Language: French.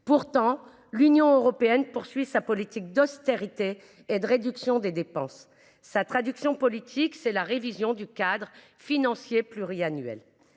Pourtant, l’Union européenne poursuit sa politique d’austérité et de réduction des dépenses, ce qui se traduit politiquement par une révision du cadre financier pluriannuel.